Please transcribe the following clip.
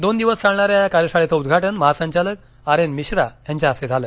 दोन दिवस चालणाऱ्या या कार्यशाळेचं उद्घाटन महासंचालक आर एन मिश्रा यांच्या हस्ते झालं